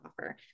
offer